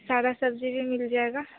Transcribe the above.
सारा सब्जी भी मिल जाएगा